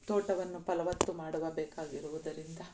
ತೋಟವನ್ನು ಫಲವತ್ತು ಮಾಡುವ ಬೇಕಾಗಿರುವುದರಿಂದ